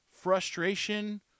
frustration